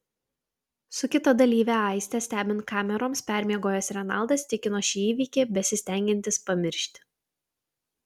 su kita dalyve aiste stebint kameroms permiegojęs renaldas tikino šį įvykį besistengiantis pamiršti